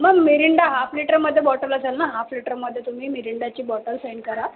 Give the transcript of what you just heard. ma'am Mirinda half लिटरमध्ये bottle असेल ना हाफ लिटरमध्ये तुम्ही मिरिंडाची बॉटल सेंड करा